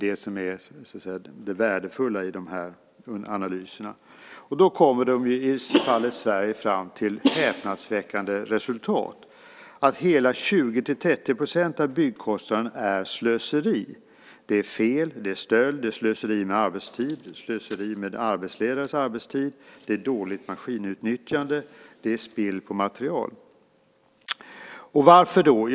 Det är det värdefulla i dessa analyser. I fallet Sverige kommer man fram till häpnadsväckande resultat. Hela 20-30 % av byggkostnaden är slöseri. Det beror på fel, stöld, slöseri med arbetstid, slöseri med arbetsledares arbetstid, dåligt maskinutnyttjande, spill av material och så vidare. Varför är det då så?